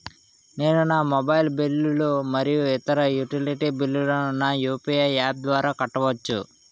నేను నా మొబైల్ బిల్లులు మరియు ఇతర యుటిలిటీ బిల్లులను నా యు.పి.ఐ యాప్ ద్వారా కట్టవచ్చు